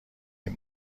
این